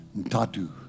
Tatu